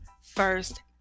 first